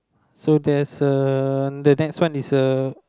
so there's a the next one is a